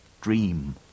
dream